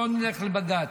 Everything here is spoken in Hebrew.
לא נלך לבג"ץ,